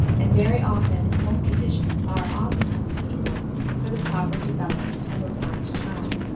and very often the home conditions are often unsuitable for the proper development of a blind child,